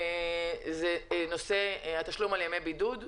הוא נושא התשלום על ימי בידוד.